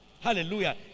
Hallelujah